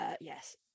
Yes